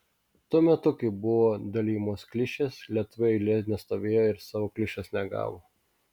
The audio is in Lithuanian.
tuo metu kai buvo dalijamos klišės lietuviai eilėje nestovėjo ir savo klišės negavo